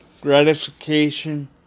gratification